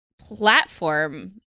platform